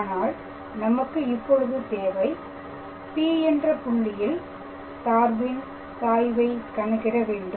ஆனால் நமக்கு இப்பொழுது தேவை P என்ற புள்ளியில் சார்பின் சாய்வை கணக்கிட வேண்டும்